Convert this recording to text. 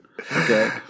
Okay